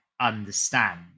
understand